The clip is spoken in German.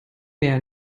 mehr